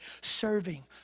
serving